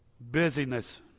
Busyness